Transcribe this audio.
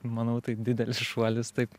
manau tai didelis šuolis taip